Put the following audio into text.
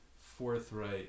forthright